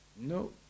No